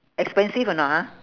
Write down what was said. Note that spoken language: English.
expensive or not ha